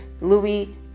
Louis